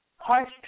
harsh